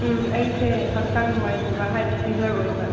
ꯎꯝ ꯑꯩꯁꯦ ꯍꯛꯆꯥꯡ ꯅꯨꯡꯉꯥꯏꯇꯕ ꯍꯥꯏꯗꯤ ꯐꯤꯕꯔ ꯑꯣꯏꯕ